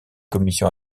commission